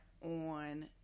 on